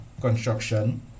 construction